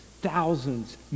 thousands